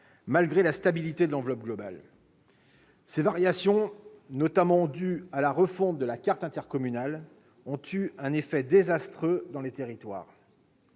malgré la stabilité de l'enveloppe globale. Les variations, dues notamment à la refonte de la carte intercommunale, ont eu un effet désastreux dans les territoires.